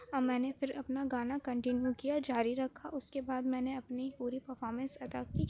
میں نے پھر اپنا گانا كانٹینیو كیا جاری ركھا اُس كے بعد میں نے اپنی پـوری پرفامنس ادا کی